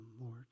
Lord